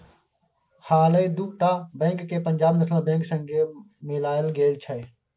हालहि दु टा बैंक केँ पंजाब नेशनल बैंक संगे मिलाएल गेल छै